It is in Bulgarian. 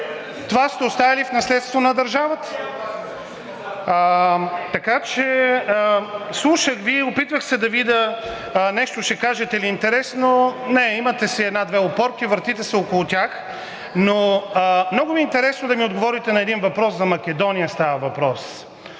това сте оставили в наследство на държавата. Слушах Ви, опитвах се да видя ще кажете ли нещо интересно. Не, имате си една-две опорки, въртите се около тях. Много ми е интересно да ми отговорите на един въпрос, като за Македония става въпрос.